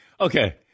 Okay